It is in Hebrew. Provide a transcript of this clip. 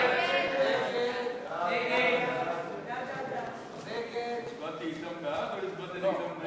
ההסתייגות של קבוצת סיעת ישראל ביתנו לסעיף 7